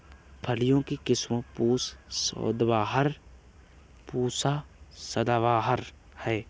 फलियों की किस्म पूसा नौबहार, पूसा सदाबहार है